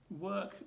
work